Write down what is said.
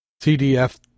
cdf